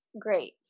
Great